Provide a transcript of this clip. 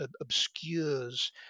obscures